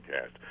cast